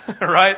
right